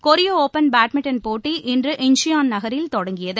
கொரிய open badminton போட்டி இன்று இன்ச்சியான் நகரில் தொடங்கியது